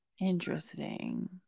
Interesting